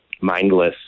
mindless